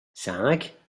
cinq